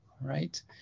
right